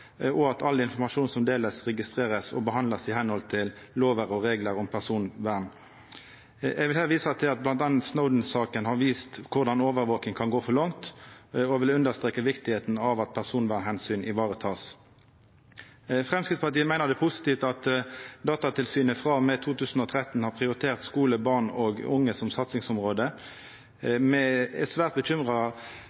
og at all informasjon som delast, blir registrert og behandla i samsvar med lover og reglar om personvern. Eg vil her visa til at bl.a. Snowden-saka har vist korleis overvaking kan gå for langt, og eg vil understreka viktigheita av at det blir teke personvernomsyn. Framstegspartiet meiner det er positivt at Datatilsynet frå og med 2013 har prioritert å ha skule, barn og unge som satsingsområde.